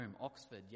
Oxford